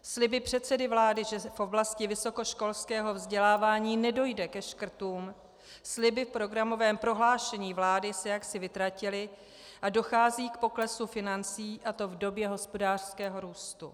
Sliby předsedy vlády, že v oblasti vysokoškolského vzdělávání nedojde ke škrtům, sliby v programovém prohlášení vlády se jaksi vytratily a dochází k poklesu financí, a to v době hospodářského růstu.